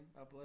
upload